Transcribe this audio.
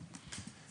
הקרובות.